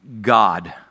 God